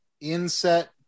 inset